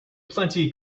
plenty